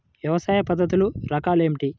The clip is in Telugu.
వ్యవసాయ పద్ధతులు రకాలు ఏమిటి?